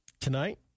Tonight